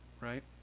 Right